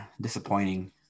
disappointing